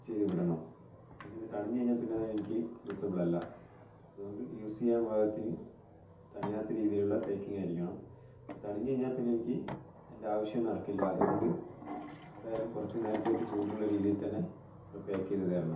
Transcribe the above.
ചെയ്ത് വിടണം എന്താ വെച്ചിട്ടുണ്ടെങ്കിൽ തണിഞ്ഞ് കഴിഞ്ഞാ പിന്നത് എനിക്ക് യൂസബൾ അല്ല അതുകൊണ്ട് യൂസ് ചെയ്യാൻ പാകത്തിന് തണിയാത്ത രീതിലുള്ള പാക്കിങ് ആയിരിക്കണം അത് തണിഞ്ഞ് കഴിഞ്ഞാ പിന്നെ എനിക്ക് എൻ്റെ ആവശ്യം നടക്കില്ല അതുകൊണ്ട് എന്തായാലും കൊറച്ച് നേരത്തേക്ക് ചൂടുള്ള രീതിയിൽ തന്നെ നിങ്ങള് പാക്ക് ചെയ്ത് തരണം